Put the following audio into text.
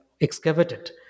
excavated